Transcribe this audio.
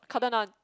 Cotton-On